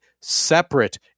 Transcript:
separate